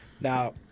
now